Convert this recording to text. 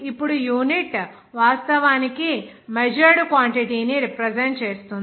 ఇప్పుడు యూనిట్ వాస్తవానికి measured quantity ని రిప్రజెంట్ చేస్తుంది